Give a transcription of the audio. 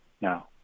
now